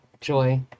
joy